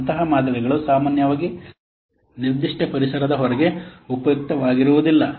ಅಂತಹ ಮಾದರಿಗಳು ಸಾಮಾನ್ಯವಾಗಿ ನಿರ್ದಿಷ್ಟ ಪರಿಸರದ ಹೊರಗೆ ಉಪಯುಕ್ತವಾಗಿರುವುದಿಲ್ಲ